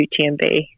UTMB